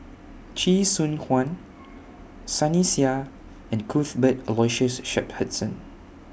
Chee Soon Juan Sunny Sia and Cuthbert Aloysius Shepherdson